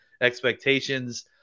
expectations